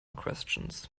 questions